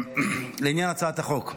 לעניין הצעת החוק,